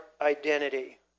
identity